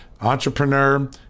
entrepreneur